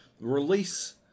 Release